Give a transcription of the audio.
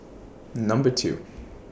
Number two